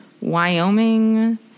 Wyoming